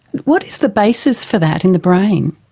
what is the basis for that in the brain?